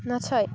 नाथाय